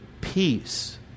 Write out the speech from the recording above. peace